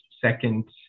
second